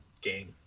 game